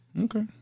Okay